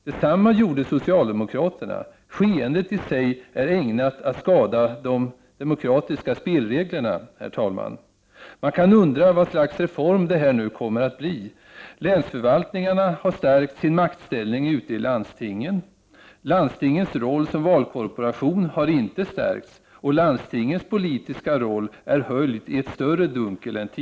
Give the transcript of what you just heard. Detsamma gjorde socialdemokraterna. Herr talman! Skeendet i sig är ägnat att skada de demokratiska spelreglerna. Man kan undra vad slags reform det här nu kommer att bli. Länsförvaltningarna har stärkt sin roll ute i landskapen, landstingens roll som valkorporation har inte stärkts och landstingens politiska roll är höljd i ett större dunkel än förut.